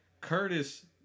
Curtis